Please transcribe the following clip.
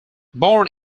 born